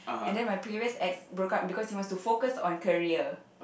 and then my previous ex broke up with me because he wanted to focus on career